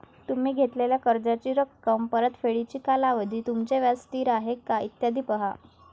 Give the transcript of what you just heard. तुम्ही घेतलेल्या कर्जाची रक्कम, परतफेडीचा कालावधी, तुमचे व्याज स्थिर आहे का, इत्यादी पहा